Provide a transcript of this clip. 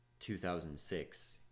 2006